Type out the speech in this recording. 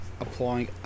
applying